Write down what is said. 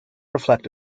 reflect